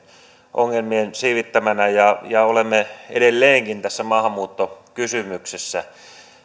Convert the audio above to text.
ongelmien siivittäminä ja ja olemme edelleenkin tässä maahanmuuttokysymyksessä